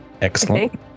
Excellent